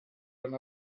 dann